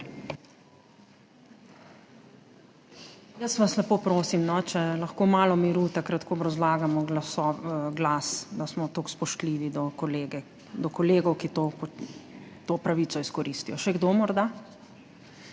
Jaz vas lepo prosim, če je lahko malo miru takrat, ko obrazlagamo glas, da smo toliko spoštljivi do kolegov, ki to pravico izkoristijo. Še kdo morda?